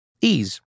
Ease